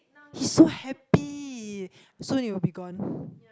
he so happy soon it will be gone